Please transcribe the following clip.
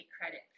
credit